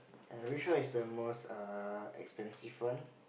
and which one is the most err expensive one